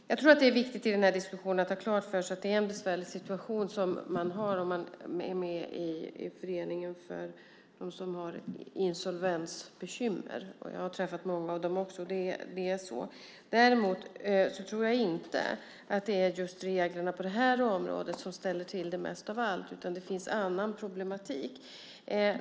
Herr talman! Jag tror att det är viktigt i den här diskussionen att ha klart för sig att det är en besvärlig situation man har om man är med i föreningen för dem som har insolvensbekymmer. Jag har också träffat många av dem, och det är så. Däremot tror jag inte att det är reglerna på just det här området som ställer till det mest av allt, utan det finns annan problematik.